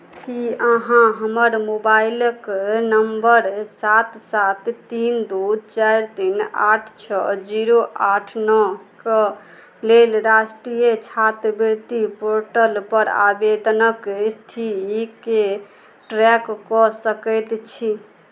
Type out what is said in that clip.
की अहाँ हमर मोबाइलक नम्बर सात सात तीन दू चारि तीन आठ छओ जीरो आठ नओके लेल राष्ट्रिय छात्रवृत्ति पोर्टलपर आवेदनक स्थितिके ट्रैक कऽ सकैत छी